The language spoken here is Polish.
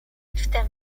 wtem